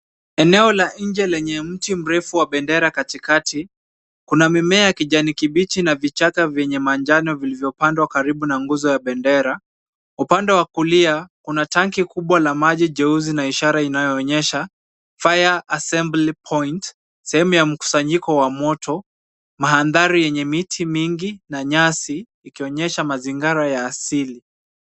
Eneo la nje yenye mti mrefu na bendera katikati. Kuna mimea ya kijani kibichi na vichaka vyenye manjano vilivyopandwa karibu na nguzo ya bendera. Upande wa kulia, kuna tanki kubwa la maji jeusi na ishara inaonyesha fire assembly point , sehemu ya mkusanyiko wa moto. Mandhari yenye miti mingi na nyasi ikionyesha mazingira ya asili.